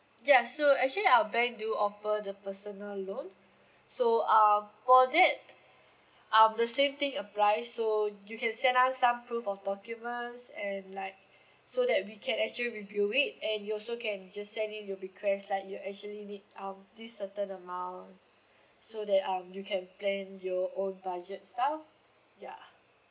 ya so actually our bank do offer the personal loan so um for that um the same thing applies so you can send us some proof of documents and like so that we can actually review it and you also can just send in your request that you actually need um this certain amount so that um you can plan your own budget stuff ya